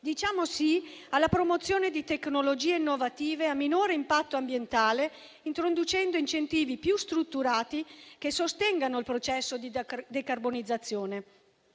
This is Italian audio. diciamo "sì" alla promozione di tecnologie innovative a minore impatto ambientale, introducendo incentivi più strutturati che sostengano il processo di decarbonizzazione;